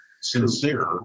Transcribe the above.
Sincere